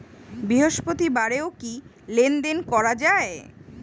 বৃহস্পতিবারেও কি লেনদেন করা যায়?